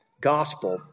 gospel